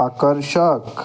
आकर्षक